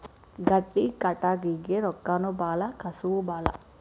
ಗಟ್ಟಿ ಕಟಗಿಗೆ ರೊಕ್ಕಾನು ಬಾಳ ಕಸುವು ಬಾಳ